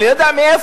אני לא יודע מאיפה,